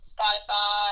Spotify